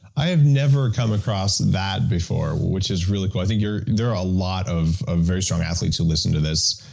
i have never come across that before, which is really cool. i think there are a lot of ah very strong athletes who listen to this,